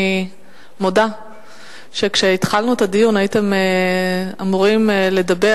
אני מודה שכשהתחלנו את הדיון הייתם אמורים לדבר